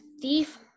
Thief